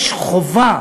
יש חובה